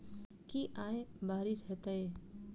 की आय बारिश हेतै?